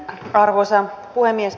arvoisa puhemies